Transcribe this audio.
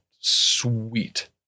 sweet